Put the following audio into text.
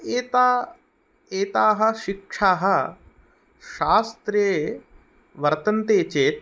एताः एताः शिक्षाः शास्त्रे वर्तन्ते चेत्